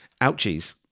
Ouchies